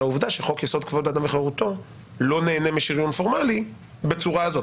העובדה שחוק יסוד: כבוד האדם וחירותו לא נהנה משריון פורמלי בצורה הזאת.